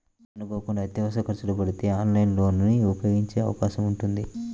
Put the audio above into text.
అనుకోకుండా అత్యవసర ఖర్చులు పడితే ఆన్లైన్ లోన్ ని ఉపయోగించే అవకాశం ఉంటుంది